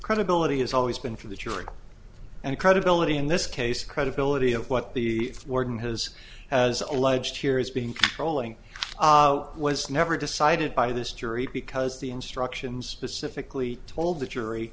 credibility has always been for the jury and credibility in this case credibility of what the warden has as alleged here is being controlling was never decided by this jury because the instructions pacifically told the jury